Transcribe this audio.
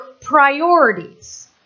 priorities